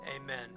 Amen